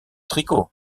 tricot